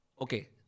okay